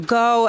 go